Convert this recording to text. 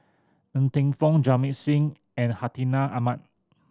Ng Teng Fong Jamit Singh and Hartinah Ahmad